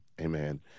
Amen